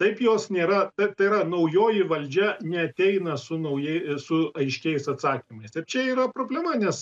taip jos nėra taip tai yra naujoji valdžia neateina su naujai su aiškiais atsakymais ir čia yra problema nes